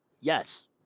Yes